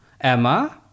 emma